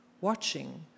Watching